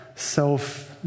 self